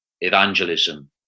evangelism